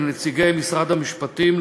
לנציגי משרד המשפטים,